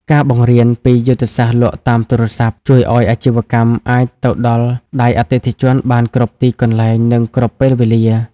ការបង្រៀនពី "យុទ្ធសាស្ត្រលក់តាមទូរស័ព្ទ" ជួយឱ្យអាជីវកម្មអាចទៅដល់ដៃអតិថិជនបានគ្រប់ទីកន្លែង និងគ្រប់ពេលវេលា។